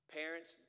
parents